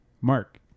Mark